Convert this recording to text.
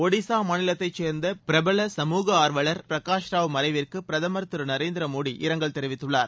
ஒடிசா மாநிலத்தைச் சேர்ந்த பிரபல சமூக ஆர்வளர் பிரகாஷ்ராவ் மறைவிற்கு பிரதமர் திரு நரேந்திர மோடி இரங்கல் தெரிவித்துள்ளார்